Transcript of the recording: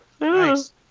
Nice